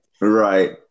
right